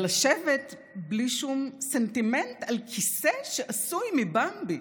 אבל לשבת בלי שום סנטימנט על כיסא שעשוי מבמבי,